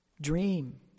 Dream